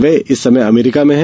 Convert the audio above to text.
वे इस समय अमरीका में हैं